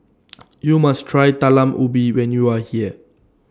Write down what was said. YOU must Try Talam Ubi when YOU Are here